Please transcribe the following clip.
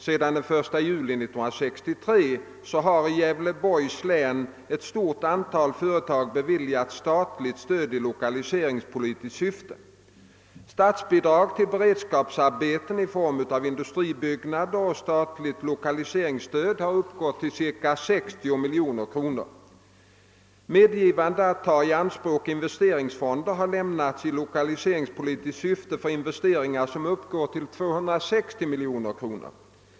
Sedan den 1 juli 1963 har i Gävleborgs län ett stort antal företag beviljats statligt stöd i lokaliseringspolitiskt syfte. Statsbidrag till beredskapsarbeten i form av industribyggnader och statligt lokaliseringsstöd har utgått med cirka 60 miljoner kronor. Medgivande att ta i anspråk investeringsfonder har lämnats i lokaliseringspolitiskt syfte för investeringar som uppgår till 260 miljoner kronor.